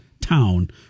town